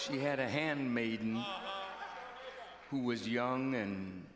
she had a handmade who was young and